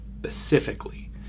specifically